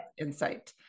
insight